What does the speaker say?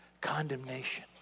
Condemnation